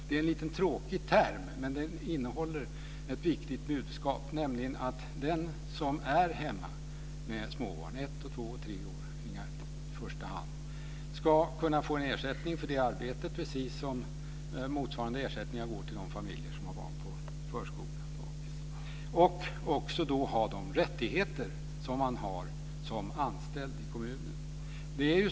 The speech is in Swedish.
Det är en lite tråkig term, men den innehåller ett viktigt budskap, nämligen att den som är hemma med småbarn - 1, 2 och 3 år - ska kunna få en ersättning för det arbetet precis som motsvarande ersättningar går till de familjer som har barn på förskolan. Då ska de ha de rättigheter som man har som anställd i kommunen.